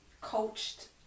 coached